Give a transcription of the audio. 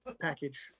package